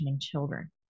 children